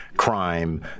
crime